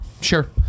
Sure